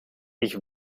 ich